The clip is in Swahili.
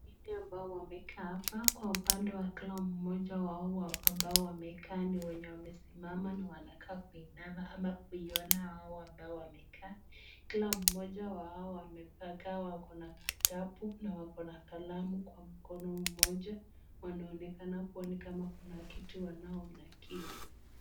Wale ambao wamekaa hapa kwa upande wa kila mmoja wao ambao wamekaa ni wenye wamesimama na wanakaa kuinama ama kuiona wao ambao wamekaa. Kila mmoja wao wamekaa wako na kitabu na wako na kalamu kwa mkono mmoja. Wanaonekana kuwa ni kama kuna kitu wanonaakili.